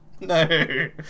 No